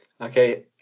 Okay